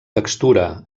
textura